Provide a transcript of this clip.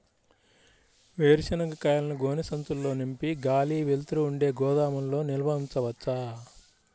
వేరుశనగ కాయలను గోనె సంచుల్లో నింపి గాలి, వెలుతురు ఉండే గోదాముల్లో నిల్వ ఉంచవచ్చా?